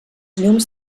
llums